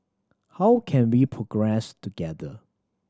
how can we progress together